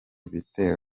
bitero